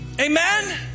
Amen